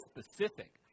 specific